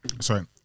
Sorry